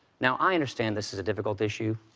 now, i understand this is a difficult issue.